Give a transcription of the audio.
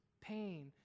pain